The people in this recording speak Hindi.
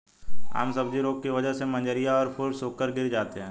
आम सब्जी रोग की वजह से मंजरियां और फूल सूखकर गिर जाते हैं